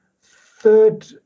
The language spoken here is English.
third